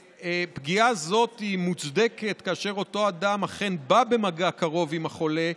ופגיעה זאת מוצדקת כאשר אותו אדם אכן בא במגע קרוב עם החולה,